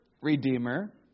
Redeemer